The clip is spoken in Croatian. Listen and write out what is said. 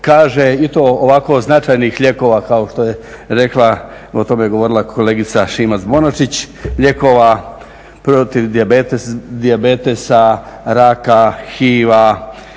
kaže i to ovako značajnih lijekova kao što je rekla i o tome govorila kolegica Šimac-Bonačić, lijekova protiv dijabetesa, raka, HIV-a,